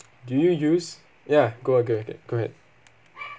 do you use ya go a~ go ahead go ahead